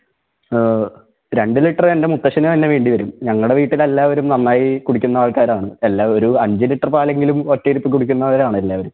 രണ്ട് ലിറ്റർ എൻ്റെ മുത്തശ്സന് തന്നെ വേണ്ടി വരും ഞങ്ങളുടെ വീട്ടിൽ എല്ലാവരും നന്നായി കുടിക്കുന്ന ആൾക്കാരാണ് എല്ലാം ഒരു അഞ്ച് ലിറ്റർ പാൽ എങ്കിലും ഒറ്റയിരുപ്പിൽ കുടിക്കുന്നവരാണ് എല്ലാവരും